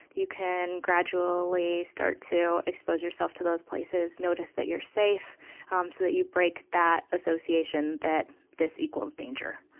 you can gradually start to expose yourself to those places notice that you are safe um so that you break that association that this equals danger.